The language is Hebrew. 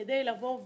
כדי לבוא ולבחון,